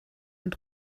und